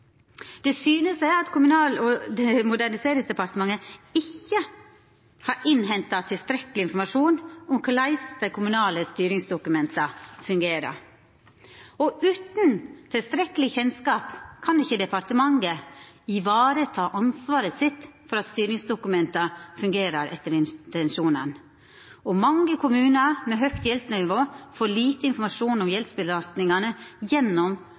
Det syner seg at Kommunal- og moderniseringsdepartementet ikkje har innhenta tilstrekkeleg informasjon om korleis dei kommunale styringsdokumenta fungerer. Utan tilstrekkeleg kjennskap kan ikkje departementet vareta ansvaret sitt for at styringsdokumenta fungerer etter intensjonane. Mange kommunar med høgt gjeldsnivå får lite informasjon om gjeldsbelastningane gjennom